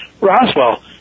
Roswell